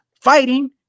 fighting